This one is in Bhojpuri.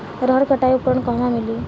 रहर कटाई उपकरण कहवा मिली?